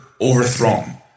overthrown